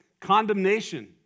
Condemnation